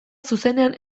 zuzenean